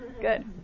good